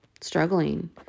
struggling